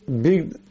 big